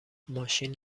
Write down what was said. ماشین